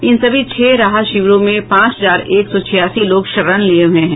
इन सभी छह राहत शिविरों में पांच हजार एक सौ छियासी लोग शरण लिये हुये हैं